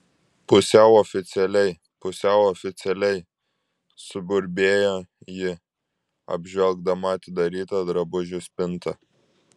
pusiau oficialiai pusiau oficialiai suburbėjo ji apžvelgdama atidarytą drabužių spintą